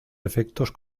efectos